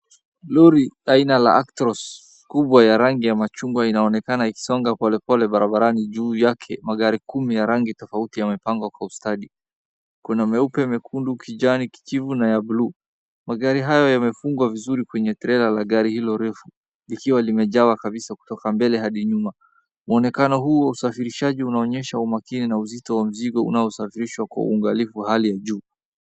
Lori aina la Actros kubwa ya rangi ya machungwa inaonekana ikisonga polepole barabarani. Juu yake magari kumi ya rangi tofauti yamepangwa kwa ustadi, kuna meupe, mekundu, kijani, kijivu na ya bluu. Magari hayo yamefungwa vizuri kwenye trela ya gari hilo refu, likiwa limejawa kabisa kutoka mbele hadi nyuma. Muonekano huu wa usafirishaji unaonyesha umakini na uzito wa mzigo unaosafirishwa kwa uangalifu wa hali ya juu.